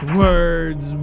words